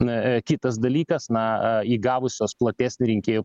na kitas dalykas na įgavusios platesnį rinkėjų